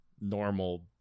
normal